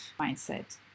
mindset